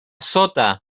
sota